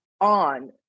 on